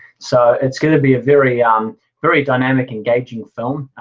so it's going to be a very um very dynamic engaging film.